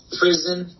prison